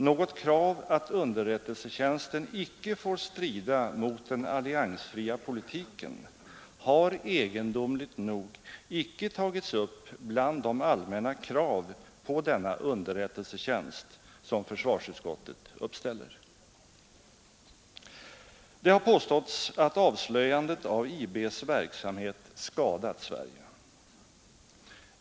Något krav att underrättelsetjänsten icke får strida mot den alliansfria politiken har egendomligt nog icke tagits upp bland de allmänna krav på denna underrättelsetjänst som försvarsutskottet uppställer. Det har påståtts att avslöjandet av IB:s verksamhet skadat Sverige.